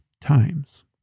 times